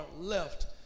left